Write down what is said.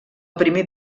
primer